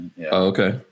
okay